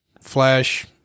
Flash